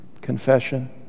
confession